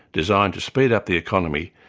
designed to speed up the economy,